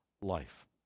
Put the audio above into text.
life